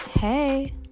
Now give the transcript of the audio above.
Hey